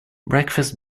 breakfast